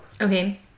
Okay